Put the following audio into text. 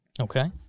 Okay